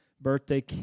birthday